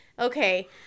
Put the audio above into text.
Okay